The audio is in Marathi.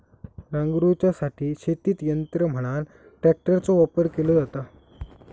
नांगरूच्यासाठी शेतीत यंत्र म्हणान ट्रॅक्टरचो वापर केलो जाता